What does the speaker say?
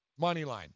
Moneyline